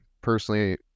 personally